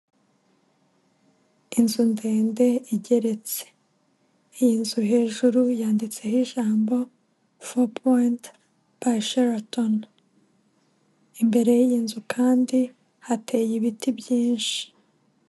Inzu ndende igeretse. Iyi nzu hejuru yanditseho ijambo fo powenti pa sharantoni. imbere y'iyi nzu kandi, hateye ibiti byinshi.